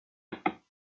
hautbois